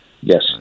Yes